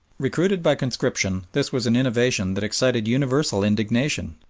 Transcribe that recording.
recruited by conscription, this was an innovation that excited universal indignation,